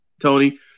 Tony